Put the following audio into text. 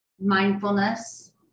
mindfulness